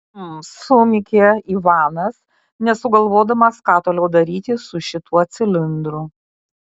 hm sumykė ivanas nesugalvodamas ką toliau daryti su šituo cilindru